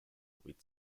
with